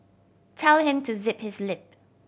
tell him to zip his lip